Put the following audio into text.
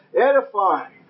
edifying